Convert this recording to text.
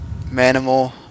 Manimal